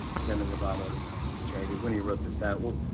demi lovato's charity. winnie wrote this out. we'll